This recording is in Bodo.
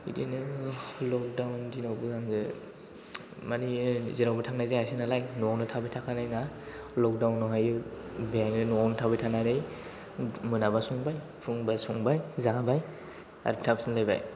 बिदिनो लकदाउन दिनावबो आङो माने जेरावबो थांनाय जायासै नालाय न'आवनो थाबाय थाखानायना लकदाउन आवहाय बेवहायनो न'आव थाबाय थानानै मोनाबा संबाय फुंबा संबाय जाबाय आरो थाफिनलायबाय